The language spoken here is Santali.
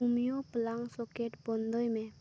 ᱩᱢᱤᱭᱚ ᱯᱞᱟᱜᱽ ᱥᱚᱠᱮᱴ ᱵᱚᱱᱫᱚᱭ ᱢᱮ